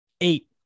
eight